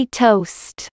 toast